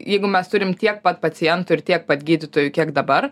jeigu mes turim tiek pat pacientų ir tiek pat gydytojų kiek dabar